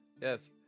yes